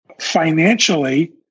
financially